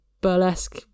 burlesque